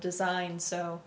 design so